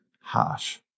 harsh